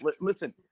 listen